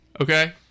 Okay